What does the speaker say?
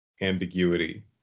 ambiguity